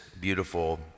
beautiful